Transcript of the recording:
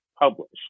published